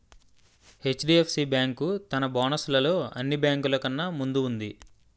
HDFC bank తన bonus లలో అన్ని బేంకులు కన్నా ముందు వుంది